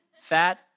Fat